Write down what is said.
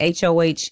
HOH